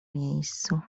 miejscu